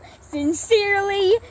sincerely